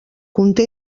conté